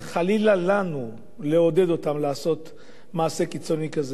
חלילה לנו לעודד אותם לעשות מעשה קיצוני כזה,